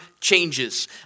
changes